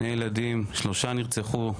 שלושה נרצחו,